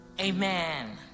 amen